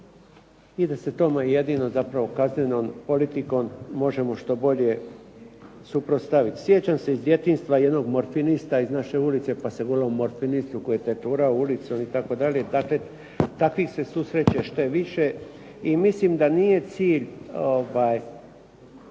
i da se tome jedino zapravo kaznenom politikom možemo što bolje suprotstaviti. Sjećam se iz djetinjstva jednog morfinista iz naše ulice, pa smo govorili o morfinistu koji tetura ulicom itd. Dakle, takvih se susreće sve više. I mislim da nije cilj